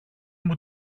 μου